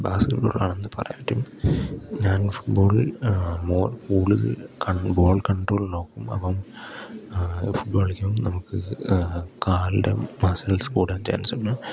basket ball ആണെന്ന് പറയാൻ പറ്റും ഞാൻ ഫുട്ബോളിൽ മോ കൂടുതൽ കൺ ബോൾ കൺട്രോൾ നോക്കും അപ്പം ഫുട്ബോള് കളിക്കുമ്പം നമുക്ക് കാലിന്റെ മസിൽസ് കൂടാൻ ചാൻസുണ്ട്